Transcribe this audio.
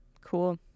Cool